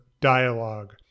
dialogue